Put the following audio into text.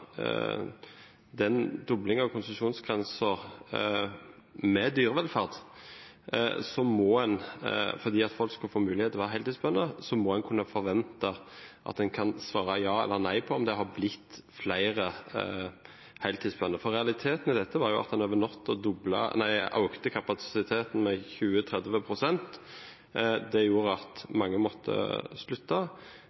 av konsesjonsgrenser med dyrevelferd – for at folk skal få mulighet til å være heltidsbønder – må en kunne forvente at en kan svare ja eller nei på om det har blitt flere heltidsbønder. Realiteten i dette var jo at en over natten økte kapasiteten med 20–30 pst. Det gjorde at